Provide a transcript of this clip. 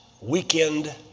weekend